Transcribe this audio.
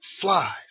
flies